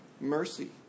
mercy